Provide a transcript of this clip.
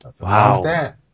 Wow